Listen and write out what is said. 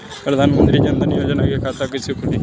प्रधान मंत्री जनधन योजना के खाता कैसे खुली?